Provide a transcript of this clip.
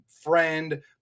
friend